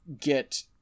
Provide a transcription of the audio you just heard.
get